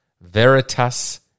veritas